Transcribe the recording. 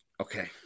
Okay